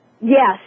yes